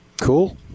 Cool